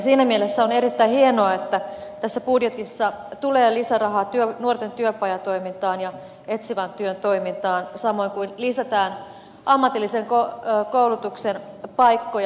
siinä mielessä on erittäin hienoa että tässä budjetissa tulee lisärahaa nuorten työpajatoimintaan ja etsivään työparitoimintaan samoin kuin lisätään ammatillisen koulutuksen paikkoja